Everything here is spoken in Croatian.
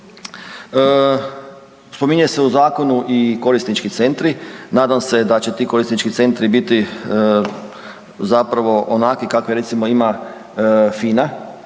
Spominje se u zakonu i korisnički centri, nadam se da će ti korisnički centri biti Zapravo onakvi kakve recimo ima FINA